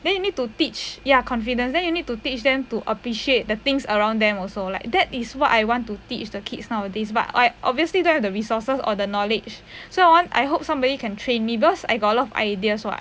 then you need to teach ya confidence then you need to teach them to appreciate the things around them also like that is what I want to teach the kids nowadays but I obviously don't have the resources or the knowledge so I want I hope somebody can train me because I got a lot of ideas [what]